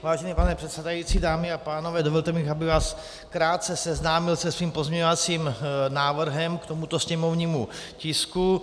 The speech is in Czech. Vážený pane předsedající, dámy a pánové, dovolte mi, abych vás krátce seznámil se svým pozměňovacím návrhem k tomuto sněmovnímu tisku.